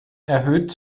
erhöht